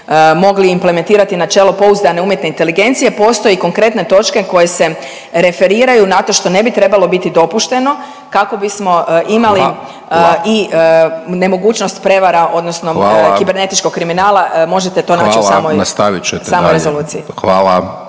mogli implementirati načelo pouzdane umjetne inteligencije, postoje konkretne točke koje se referiraju na to što ne bi trebalo biti dopušteno, kako bismo imali … .../Upadica: Hvala./... i nemogućnost prevara odnosno … .../Upadica: Hvala./... kibernetičkog kriminala, možete to naći u samoj rezoluciji. **Hajdaš